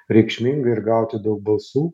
reikšminga ir gauti daug balsų